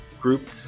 group